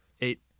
Eight